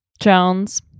jones